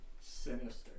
sinister